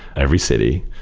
every city,